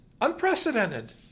unprecedented